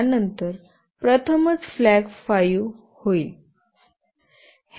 त्यानंतर प्रथमच फ्लॅग 5 होईल हे